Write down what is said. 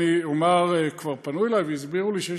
אני אומר: כבר פנו אלי והסבירו לי שיש